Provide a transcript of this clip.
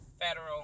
federal